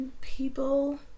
People